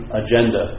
agenda